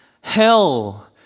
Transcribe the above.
hell